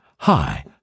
Hi